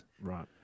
Right